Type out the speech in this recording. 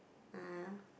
uh